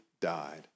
died